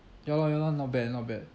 ya lor ya lor not bad not bad